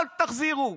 אל תחזירו.